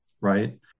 right